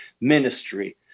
Ministry